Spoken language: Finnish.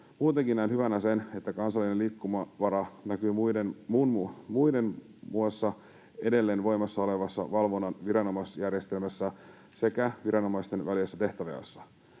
Muutenkin näen hyvänä sen, että kansallinen liikkumavara näkyy muiden muassa edelleen voimassa olevassa valvonnan viranomaisjärjestelmässä sekä viranomaisten välisessä tehtävänjaossa.